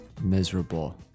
miserable